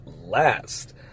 last